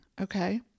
Okay